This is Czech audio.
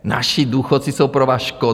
Naši důchodci jsou pro vás škoda?